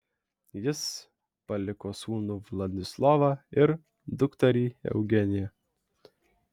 jis paliko sūnų vladislovą ir dukterį eugeniją